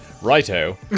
Righto